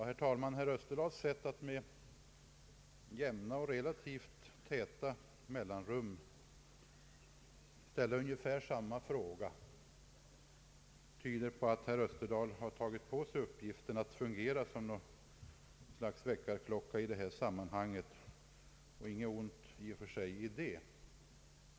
Herr talman! Herr Österdahls sätt att gång på gång och med relativt täta mellanrum ställa samma fråga tyder på att herr Österdahl har tagit på sig uppgiften att fungera som något slags väckarklocka i detta sammanhang, och i och för sig inget ont i det.